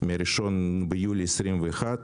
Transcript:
מה-1 ביולי 21,